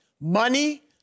Money